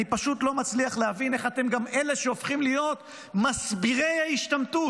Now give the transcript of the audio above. אני פשוט לא מצליח להבין איך אתם גם אלה שהופכים להיות מסבירי ההשתמטות.